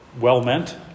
well-meant